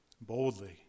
boldly